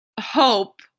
hope